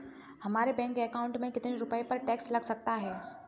हमारे bank account में कितने रुपये पर टैक्स लग सकता है?